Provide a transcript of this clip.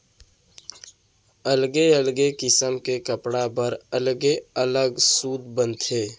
अलगे अलगे किसम के कपड़ा बर अलगे अलग सूत बनथे